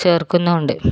ചേർക്കുന്നുമുണ്ട്